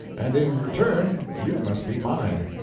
and in return you must be mine.